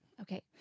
Okay